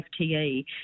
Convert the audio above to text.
FTE